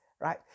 right